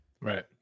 Right